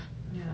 ya